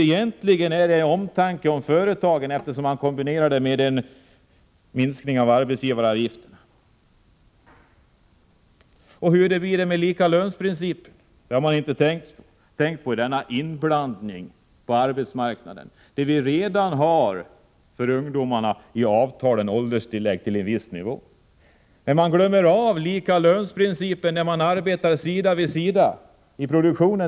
Egentligen är det fråga om omtanke om företagen. Man kombinerar nämligen förslagen i det här sammanhanget med en minskning av arbetsgivaravgifterna. Hur det blir med likalönsprincipen — detta s.k. intrång på arbetsmarknadens område — det har man inte tänkt på. Vi har redan i avtal upp till en viss nivå ålderstillägg för ungdomarna. Man glömmer emellertid likalönsprincipen —t.ex. för dem som arbetar sida vid sida i produktionen.